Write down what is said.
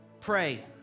Pray